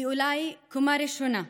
היא אולי קומה ראשונה,